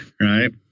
right